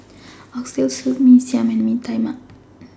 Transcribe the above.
Oxtail Soup Mee Siam and Mee Tai Mak